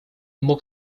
мог